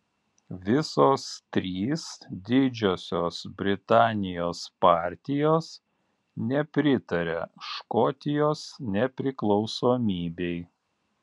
visos trys didžiosios britanijos partijos nepritaria škotijos nepriklausomybei